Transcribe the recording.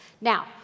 Now